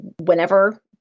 whenever